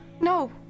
No